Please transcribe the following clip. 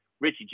Richie